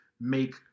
make